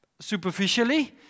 superficially